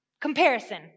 Comparison